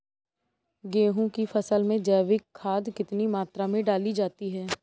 गेहूँ की फसल में जैविक खाद कितनी मात्रा में डाली जाती है?